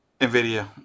NVIDIA